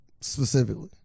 Specifically